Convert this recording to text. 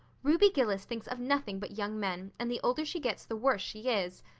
ruby gillis thinks of nothing but young men, and the older she gets the worse she is.